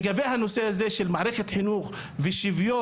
לגבי הנושא הזה של מערכת חינוך ושוויון